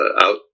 out